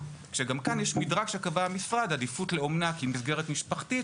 כשגם כאן יש מדרג שקבע המשרד עדיפות לאומנה כמסגרת משפחתית,